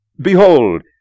behold